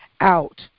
out